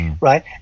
right